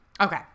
Okay